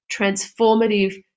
transformative